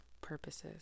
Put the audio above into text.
purposes